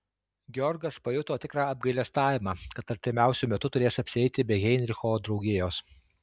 georgas pajuto tikrą apgailestavimą kad artimiausiu metu turės apsieiti be heinricho draugijos